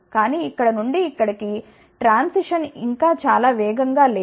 కానీ ఇక్కడ నుండి ఇక్కడికి ట్రాన్సిషన్ ఇంకా చాలా వేగంగా లేదు